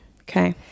Okay